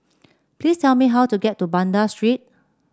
please tell me how to get to Banda Street